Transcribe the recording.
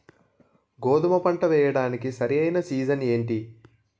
గోధుమపంట వేయడానికి సరైన సీజన్ ఏంటి?